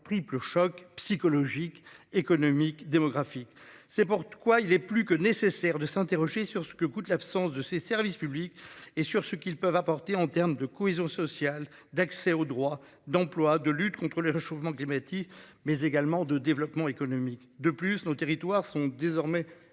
triple choc psychologique économique, démographique. C'est pour quoi il est plus que nécessaire de s'interroger sur ce que coûte l'absence de ses services publics et sur ce qu'ils peuvent apporter en termes de cohésion sociale, d'accès au droit d'emploi, de lutte contre le réchauffement climatique mais également de développement économique de plus nos territoires sont désormais